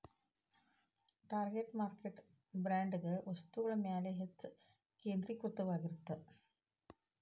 target market branded ವಸ್ತುಗಳ ಮ್ಯಾಲೆ ಹೆಚ್ಚ್ ಕೇಂದ್ರೇಕೃತವಾಗಿರತ್ತ